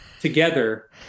together